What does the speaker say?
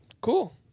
Cool